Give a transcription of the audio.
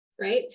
right